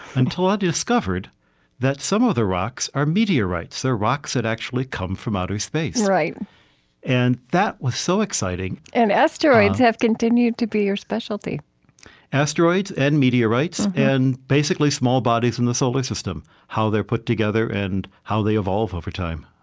until i discovered that some of the rocks are meteorites. they're rocks that actually come from outer space. and that was so exciting and asteroids have continued to be your specialty asteroids and meteorites and basically small bodies in the solar system how they're put together and how they evolve over time